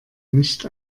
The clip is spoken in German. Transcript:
nicht